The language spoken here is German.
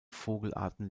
vogelarten